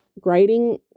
grading